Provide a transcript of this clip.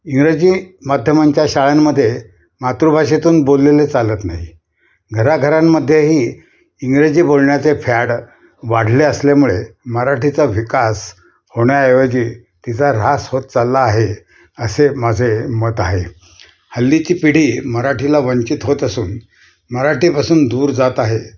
इंग्रजी माध्यमांच्या शाळांमध्ये मातृभाषेतून बोललेले चालत नाही घराघरांमध्येही इंग्रजी बोलण्याचे फॅड वाढले असल्यामुळे मराठीचा विकास होण्याऐवजी तिचा ऱ्हास होत चालला आहे असे माझे मत आहे हल्लीची पिढी मराठीला वंचित होत असून मराठीपासून दूर जात आहे